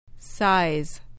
Size